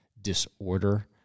disorder